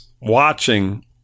Watching